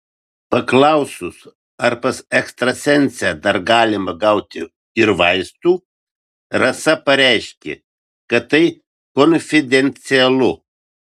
paklausus ar pas ekstrasensę dar galima gauti ir vaistų rasa pareiškė kad tai konfidencialu